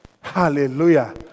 Hallelujah